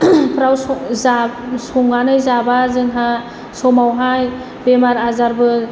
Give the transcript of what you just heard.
फ्राव संबा संनानै जाबा जोंहा समावहाय बेमार आजारबो